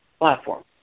platform